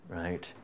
right